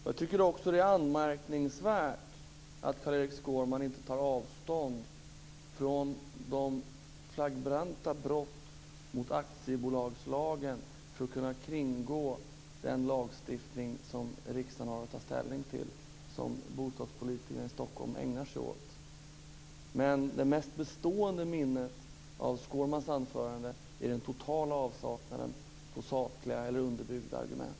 Jag tycker också att det är anmärkningsvärt att Carl-Erik Skårman inte tar avstånd från de flagranta brott mot aktiebolagslagen, för att kunna kringgå den lagstiftning som riksdagen har att ta ställning till, som bostadspolitikerna i Stockholm ägnar sig åt. Det mest bestående minnet av Skårmans anförande är den totala avsaknaden av sakliga och underbyggda argument.